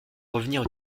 revenir